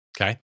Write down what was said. Okay